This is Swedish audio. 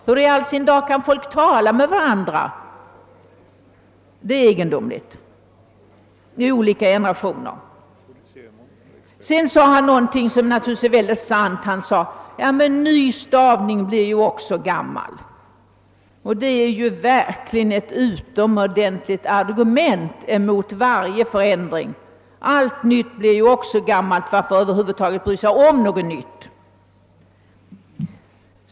Hur kan då folk ur olika generationer tala med varandra? Vidare sade han någonting som naturligtvis är sant, nämligen att nystavning också blir gammal. Det är verkligen ett utomordentlig argument mot varje förändring. Allt nytt blir ju också gammalt, varför över huvud taget bry sig om något nytt?